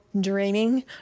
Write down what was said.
draining